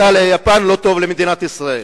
לאיטליה וליפן לא טוב למדינת ישראל.